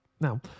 Now